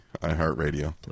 iHeartRadio